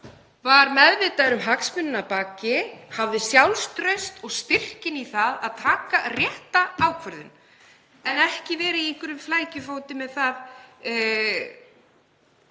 var meðvitaður um hagsmunina að baki, hafði sjálfstraust og styrk í það að taka rétta ákvörðun en ekki vera í einhverjum flækjufæti með það